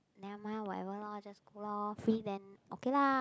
never mind lor whatever lor just go lor free then okay lah